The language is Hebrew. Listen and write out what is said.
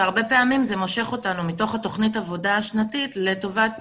והרבה פעמים זה מושך אותנו מתוך תוכנית העבודה השנתית לטובת